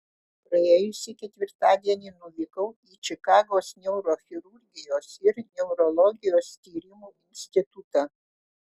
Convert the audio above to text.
praėjusį ketvirtadienį nuvykau į čikagos neurochirurgijos ir neurologijos tyrimų institutą